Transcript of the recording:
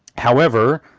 however,